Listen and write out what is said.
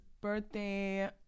birthday